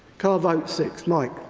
card vote six, mike,